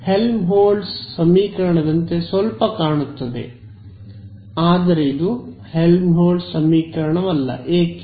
ಇದು ಹೆಲ್ಮ್ಹೋಲ್ಟ್ಜ್ ಸಮೀಕರಣದಂತೆ ಸ್ವಲ್ಪ ಕಾಣುತ್ತದೆ ಅದು ಹೆಲ್ಮ್ಹೋಲ್ಟ್ಜ್ ಸಮೀಕರಣವಲ್ಲ ಏಕೆ